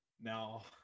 now